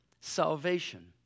salvation